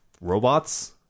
robots